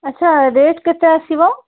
ଆଚ୍ଛା ରେଟ୍ କେତେ ଆସିବ